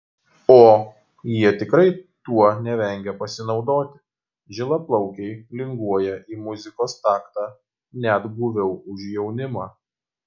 o jie tikrai tuo nevengia pasinaudoti žilaplaukiai linguoja į muzikos taktą net guviau už jaunimą